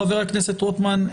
רוטמן,